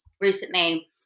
recently